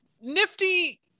nifty